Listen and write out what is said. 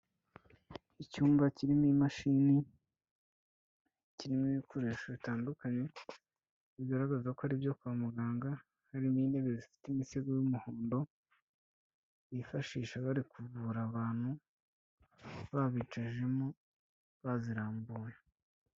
Icyumba kirimo imashini, kirimo ibikoresho bitandukanye bigaragaza ko ari ibyo kwa muganga, harimo intebe zifite imisego y'umuhondo, bifashisha bari kuvura abantu babicajemo bazirambuye.